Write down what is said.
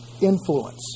influence